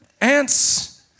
ants